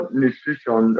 nutrition